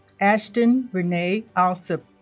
ashton renee alsup